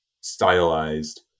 stylized